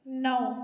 नओ